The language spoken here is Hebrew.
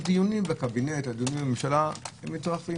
הדיונים בקבינט, בממשלה, מתארכים.